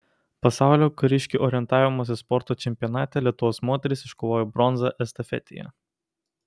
pasaulio kariškių orientavimosi sporto čempionate lietuvos moterys iškovojo bronzą estafetėje